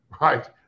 right